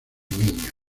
niños